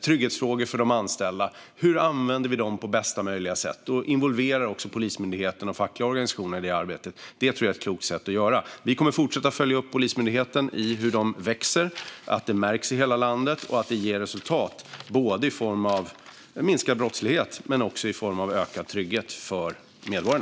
trygghetsfrågor för de anställda och hur de pengarna på bästa möjliga sätt ska användas. Då involverar Polismyndigheten de fackliga organisationerna i arbetet. Det är ett klokt sätt att arbeta på. Vi kommer att fortsätta att följa upp Polismyndigheten och hur den växer, att det märks i hela landet och att det ger resultat både i form av minskad brottslighet och i form av ökad trygghet för medborgarna.